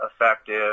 effective